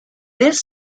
this